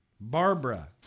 Barbara